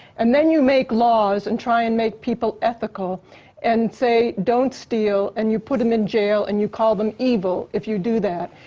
and then you make laws and try make people ethical and say don't steal and you put them in jail and you call them evil, if you do that.